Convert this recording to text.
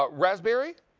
ah raspberry,